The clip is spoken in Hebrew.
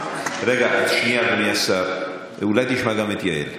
רגע, שנייה, אדוני השר, אולי תשמע גם את יעל.